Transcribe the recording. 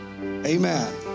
Amen